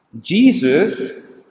Jesus